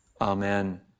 Amen